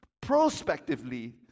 prospectively